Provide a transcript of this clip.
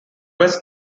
best